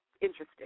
interesting